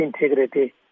integrity